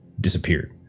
disappeared